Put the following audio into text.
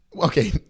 Okay